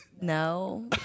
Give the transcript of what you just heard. no